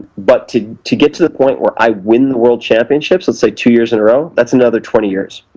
but to to get to the point where i win the world championships, let's say two years in a row, that's another twenty years.